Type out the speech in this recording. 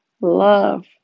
love